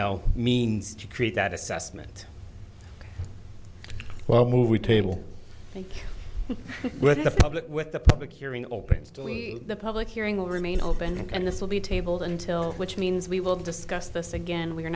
l means to create that assessment well movie table thank you with the public with the public hearing opens to the public hearing will remain open and this will be tabled until which means we will discuss this again we are